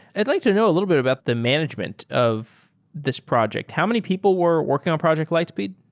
i'd like to know a little bit about the management of this project. how many people were working on project lightspeed?